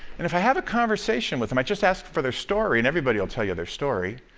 and if i have a conversation with them, i just ask for their story and everybody will tell you their story.